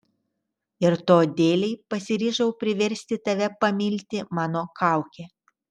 ir to dėlei pasiryžau priversti tave pamilti mano kaukę